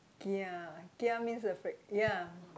kia kia means afraid ya